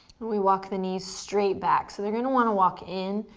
we walk the knees straight back. so they're gonna wanna walk in.